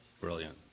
Brilliant